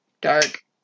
Dark